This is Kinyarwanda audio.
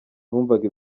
numvaga